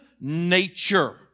nature